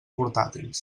portàtils